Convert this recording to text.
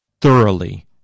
thoroughly